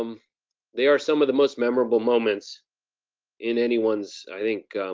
um they are some of the most memorable moments in anyone's, i think,